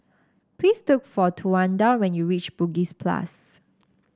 please look for Towanda when you reach Bugis Plus